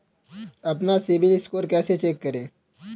अपना सिबिल स्कोर कैसे चेक करें?